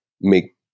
make